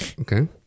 Okay